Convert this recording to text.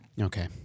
Okay